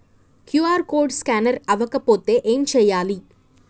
QR code scanner అవ్వకపోతే ఏం చేయాలి?